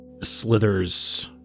slithers